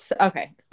Okay